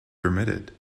permitted